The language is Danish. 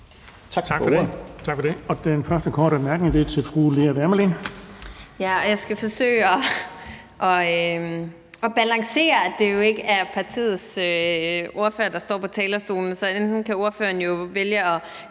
Tak for det.